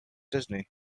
disney